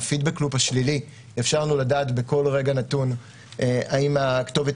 הפידבק לופ השלילי יאפשר לנו לדעת בכל רגע נתון האם הכתובת